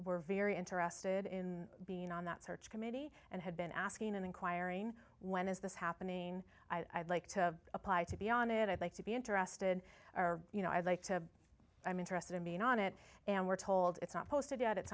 were very interested in being on that search committee and had been asking them inquiring when is this happening i'd like to apply to be on it i'd like to be interested or you know i'd like to i'm interested in being on it and we're told it's not posted at it's